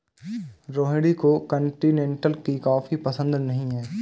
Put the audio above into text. रोहिणी को कॉन्टिनेन्टल की कॉफी पसंद नहीं है